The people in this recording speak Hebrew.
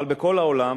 אבל בכל העולם